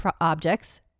objects